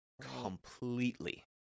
completely